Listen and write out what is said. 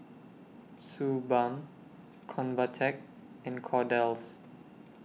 Suu Balm Convatec and Kordel's